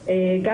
המשפט.